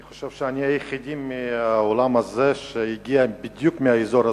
אני חושב שאני היחידי באולם הזה שהגיע בדיוק מהאזור הזה.